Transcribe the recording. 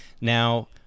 Now